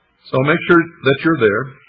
so make sure that you're there.